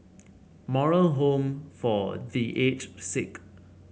Moral Home for The Aged Sick